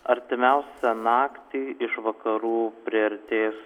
artimiausią naktį iš vakarų priartės